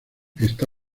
está